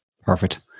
Perfect